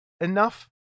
enough